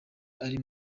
ari